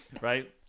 Right